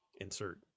insert